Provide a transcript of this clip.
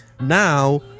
Now